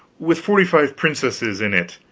with forty-five princesses in it,